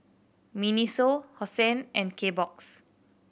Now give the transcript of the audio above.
MINISO Hosen and K Box